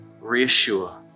reassure